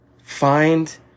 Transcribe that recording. find